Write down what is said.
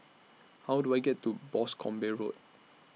How Do I get to Boscombe Road